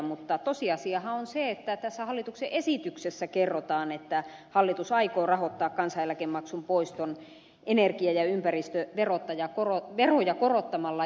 mutta tosiasiahan on se että tässä hallituksen esityksessä kerrotaan että hallitus aikoo rahoittaa kansaneläkemaksun poiston energia ja ympäristöveroja korottamalla